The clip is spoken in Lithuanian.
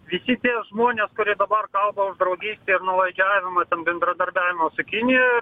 visi tie žmonės kurie dabar kalba už draugystę ir nuolaidžiavimą ten bendradarbiavimo su kinija